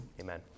Amen